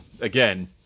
again